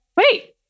wait